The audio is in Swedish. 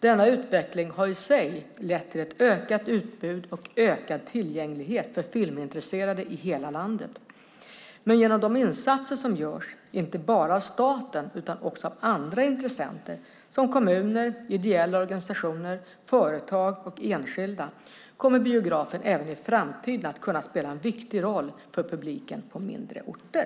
Denna utveckling har i sig lett till ett ökat utbud och ökad tillgänglighet för filmintresserade i hela landet. Men genom de insatser som görs, inte bara av staten utan också av andra intressenter, såsom kommuner, ideella organisationer, företag och enskilda, kommer biografen även i framtiden att kunna spela en viktig roll för publiken på mindre orter.